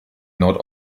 nord